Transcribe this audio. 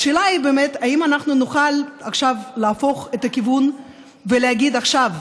השאלה היא אם אנחנו נוכל להפוך את הכיוון ולהגיד עכשיו,